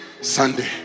Sunday